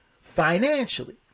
financially